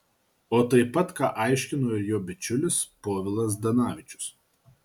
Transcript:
o taip pat ką aiškino ir jo bičiulis povilas zdanavičius